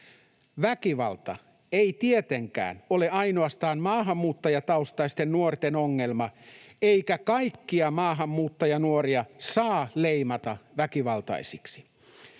Väkivalta ei tietenkään ole ainoastaan maahanmuuttajataustaisten nuorten ongelma, eikä kaikkia maahanmuuttajanuoria saa leimata väkivaltaisiksi.